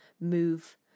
move